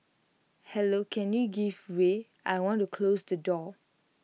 hello can you give way I want to close the door